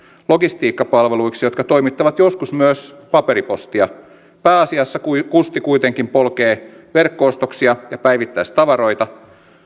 logistiikkapalveluiksi jotka toimittavat joskus myös paperipostia pääasiassa kusti kuitenkin polkee verkko ostoksia ja päivittäistavaroita